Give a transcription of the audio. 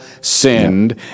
sinned